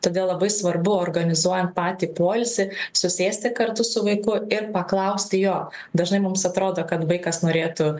todėl labai svarbu organizuojant patį poilsį susėsti kartu su vaiku ir paklausti jo dažnai mums atrodo kad vaikas norėtų